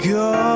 go